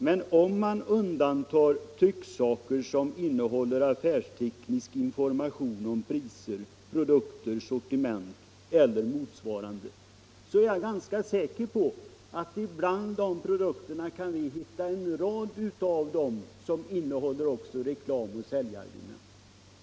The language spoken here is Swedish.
Men om man undantar trycksaker som innehåller affärsteknisk information om priser, produkter, sortiment eller motsvarande, är jag ganska säker på att man bland dessa produkter snart kan hitta sådant som också innehåller reklamoch säljargument.